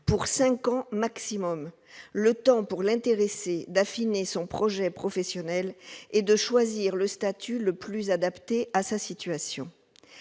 pour cinq ans maximum, le temps pour l'intéressée d'affiner son projet professionnel et de choisir le statut le plus adapté à sa situation.